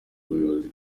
ubuyobozi